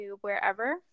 wherever